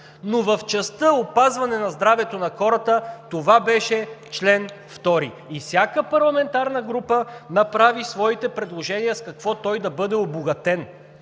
Но в частта опазване на здравето на хората – това беше чл. 2, всяка парламентарна група направи своите предложения с какво той да бъде обогатен